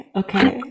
okay